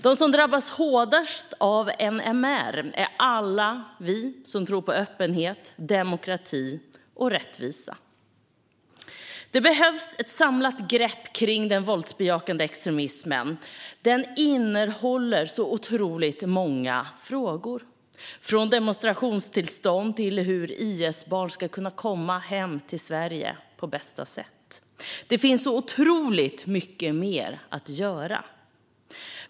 De som drabbas hårdast av NMR är alla vi som tror på öppenhet, demokrati och rättvisa. Det behövs ett samlat grepp kring den våldsbejakande extremismen. Den innehåller så otroligt många frågor, från demonstrationstillstånd till hur IS-barn ska kunna komma hem till Sverige på bästa sätt. Det finns så otroligt mycket mer att göra.